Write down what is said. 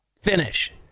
Finish